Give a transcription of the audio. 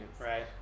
right